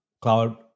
Cloud